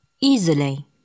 Easily